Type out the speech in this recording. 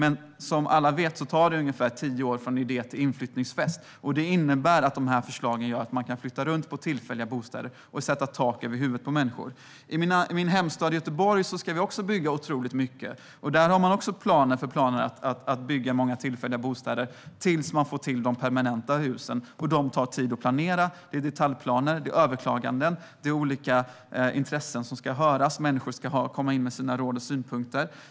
Men som alla vet tar det ungefär tio år från idé till inflyttningsfest. Det innebär att detta förslag gör att man kan flytta runt tillfälliga bostäder och ge människor tak över huvudet. I min hemstad Göteborg ska det också byggas otroligt mycket. Där har man också planer på att bygga många tillfälliga bostäder tills man får till de permanenta husen, och de tar tid att planera. Det handlar om detaljplaner, överklaganden och olika intressen som ska höras, och människor ska komma in med sina råd och synpunkter.